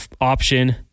option